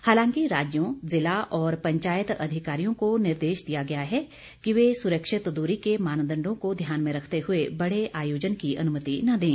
हालांकि राज्यों जिला और पंचायत अधिकारियों को निर्देश दिया गया है कि वे सुरक्षित दूरी के मानदंडों को ध्यान में रखते हुए बड़े आयोजन की अनुमति न दें